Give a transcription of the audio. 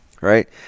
right